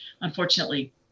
unfortunately